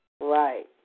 Right